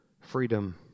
freedom